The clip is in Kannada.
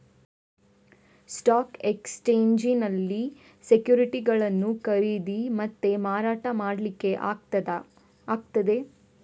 ಸ್ಟಾಕ್ ಎಕ್ಸ್ಚೇಂಜಿನಲ್ಲಿ ಸೆಕ್ಯುರಿಟಿಗಳನ್ನ ಖರೀದಿ ಮತ್ತೆ ಮಾರಾಟ ಮಾಡ್ಲಿಕ್ಕೆ ಆಗ್ತದೆ